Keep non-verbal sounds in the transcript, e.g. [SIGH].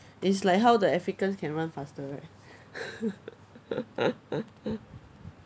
it's like how the africans can run faster right [LAUGHS]